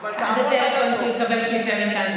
גדי, אשרינו, אבל תעמוד עד הסוף.